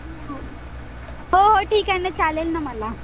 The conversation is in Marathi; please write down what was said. हो हो ठीक आहे ना चालेल ना मला